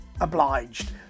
obliged